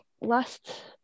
last